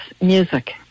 music